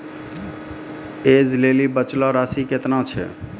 ऐज लेली बचलो राशि केतना छै?